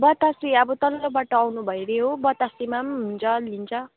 बतासे अब तल्लो बाटो आउनु भयो रे हो बतासेमा पनि हुन्छ लिन्छ